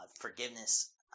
forgiveness